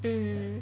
mm